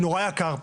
נורא יקר פה,